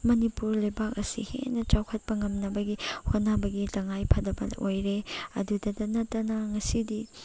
ꯃꯅꯤꯄꯨꯔ ꯂꯩꯕꯥꯛ ꯑꯁꯤ ꯍꯦꯟꯅ ꯆꯥꯎꯈꯠꯄ ꯉꯝꯅꯕꯒꯤ ꯍꯣꯠꯅꯕꯒꯤ ꯇꯉꯥꯏ ꯐꯗꯕ ꯑꯣꯏꯔꯦ ꯑꯗꯨꯗꯇ ꯅꯠꯇꯅ ꯉꯁꯤꯗꯤ